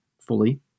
fully